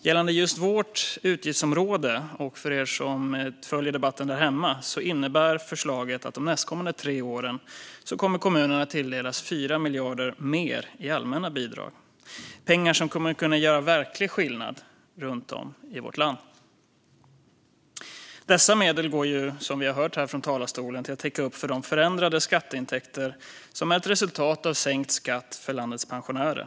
För er som följer debatten där hemma kan jag säga att gällande just vårt utgiftsområde innebär förslaget att kommunerna de nästkommande tre åren kommer att tilldelas 4 miljarder mer i allmänna bidrag, pengar som kommer att kunna göra verklig skillnad runt om i vårt land. Dessa medel går, som vi har hört här från talarstolen, till att täcka upp för de förändrade skatteintäkter som är ett resultat av sänkt skatt för landets pensionärer.